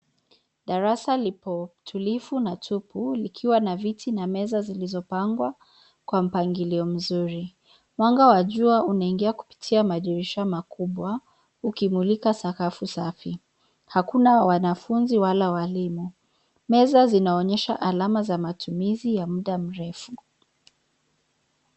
Darasa lipo tulivu na tupu likiwa na viti na meza zilizopangwa kwa mpangilio mzuri. Mwanga wa jua unaingia kupitia madirisha makubwa ukimulika sakafu safi. Hakuna wanafunzi wala walimu. Meza zinaonyesha alama za matumizi ya muda mrefu.